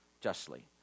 justly